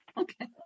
Okay